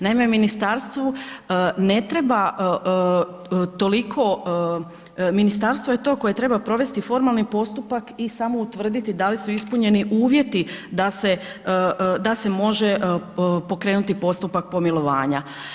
Naime, ministarstvu ne treba toliko, ministarstvo je to koje treba provesti formalni postupak i samo utvrditi da li su ispunjeni uvjeti da se može pokrenuti postupak pomilovanja.